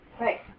Right